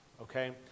okay